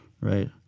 right